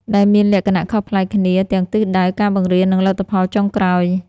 ដែលមានលក្ខណៈខុសប្លែកគ្នាទាំងទិសដៅ ការបង្រៀន និងលទ្ធផលចុងក្រោយ។